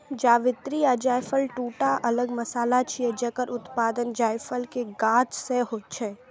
जावित्री आ जायफल, दूटा अलग मसाला छियै, जकर उत्पादन जायफल के गाछ सं होइ छै